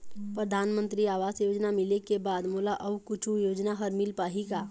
परधानमंतरी आवास योजना मिले के बाद मोला अऊ कुछू योजना हर मिल पाही का?